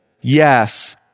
Yes